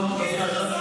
הינה, חסכתי לך.